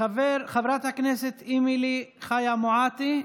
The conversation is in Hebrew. חברת הכנסת אמילי חיה מואטי,